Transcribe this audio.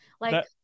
Like-